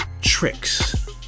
tricks